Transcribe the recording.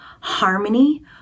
harmony